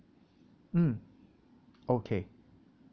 mm okay